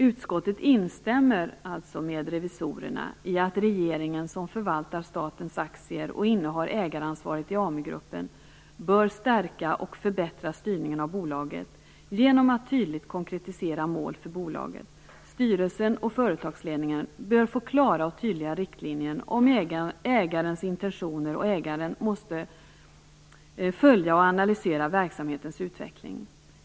Utskottet instämmer med revisorerna i att regeringen, som förvaltar statens aktier och innehar ägaransvaret i AmuGruppen, bör stärka och förbättra styrningen av bolaget genom att tydligt konkretisera mål för bolaget. Styrelsen och företagsledningen bör få klara och tydliga riktlinjer om ägarens intentioner, och ägaren måste följa och analysera verksamhetens utveckling.